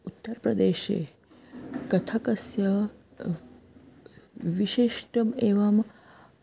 उत्तरप्रदेशे कथकस्य विशिष्टम् एवं